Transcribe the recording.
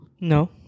No